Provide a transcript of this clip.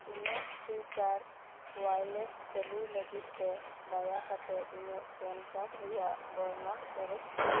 ᱤᱧᱟ ᱜ Freecharge wallet ᱪᱟ ᱞᱩᱭ ᱞᱟ ᱜᱤᱫ ᱛᱮ ᱫᱟᱭᱟᱠᱟᱛᱮᱜ ᱤᱧᱟ ᱜ ᱯᱮᱱᱠᱟᱨᱰ ᱨᱮᱭᱟᱜ ᱵᱚᱨᱱᱚᱱ ᱯᱮᱨᱮᱡᱽ ᱢᱮ